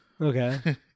okay